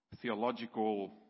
theological